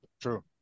True